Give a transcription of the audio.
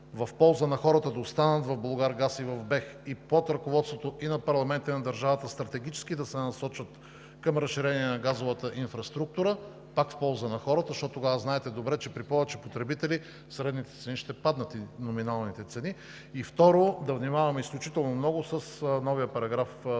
в полза на хората в Булгаргаз и в БЕХ и под ръководството и на парламента, и на държавата стратегически да се насочат към разширение на газовата инфраструктура пак в полза на хората, защото тогава знаете добре, че при повече потребители средните и номиналните цени ще паднат. Второ, да внимаваме изключително много с новия параграф 17,